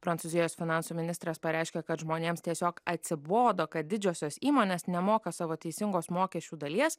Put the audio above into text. prancūzijos finansų ministras pareiškė kad žmonėms tiesiog atsibodo kad didžiosios įmonės nemoka savo teisingos mokesčių dalies